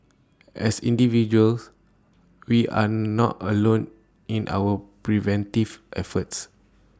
as individuals we are not alone in our preventive efforts